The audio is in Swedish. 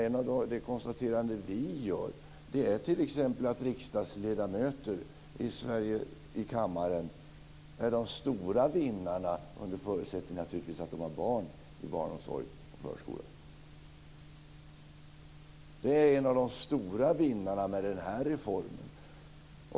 Ett av de konstateranden vi gör är att riksdagsledamöter i kammaren är några av de stora vinnarna under förutsättning, naturligtvis, att de har barn i barnomsorg och förskola. Det är några av de stora vinnarna med denna reform.